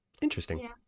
Interesting